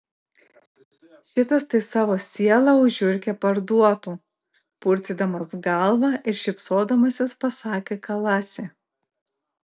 šitas tai savo sielą už žiurkę parduotų purtydamas galvą ir šypsodamasis pasakė kalasi